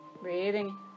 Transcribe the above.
Breathing